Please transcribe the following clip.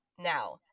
Now